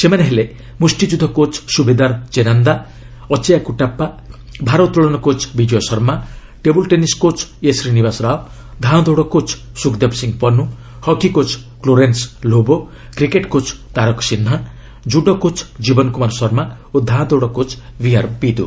ସେମାନେ ହେଲେ ମୁଷ୍ଟିଯୁଦ୍ଧ କୋଚ୍ ସୁବେଦାର ଚେନାନ୍ଦା ଅଚେୟା କୁଟାସ୍ପା ଭାରଉତ୍ତୋଳନ coach Vijay Sharma table tennis coach A Srinivasa Rao ଧାଁ ଦୌଡ଼ coach Sukhdev Singh Pannu hockey coach Clarence Lobo cricket coach Tarak Sinha judo coach Jiwan Kumar Sharma ଓ ଧାଁଦୌଡ଼ କୋଚ୍ ଭିଆର୍ ବିଦୁ